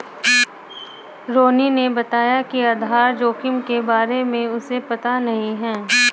रोहिणी ने बताया कि आधार जोखिम के बारे में उसे पता नहीं है